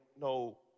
no